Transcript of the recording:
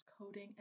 coding